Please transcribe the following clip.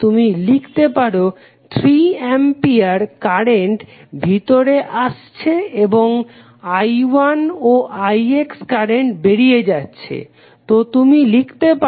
তুমি লিখতে পারো 3 অ্যাম্পিয়ার কারেন্ট ভিতরে আসছে এবং I1ও ix কারেন্ট বেরিয়ে যাচ্ছে তো তুমি লিখতে পারো I1ix